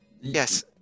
yes